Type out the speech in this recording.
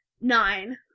Nine